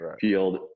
field